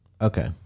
Okay